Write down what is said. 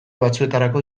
batzuetarako